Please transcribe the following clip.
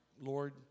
Lord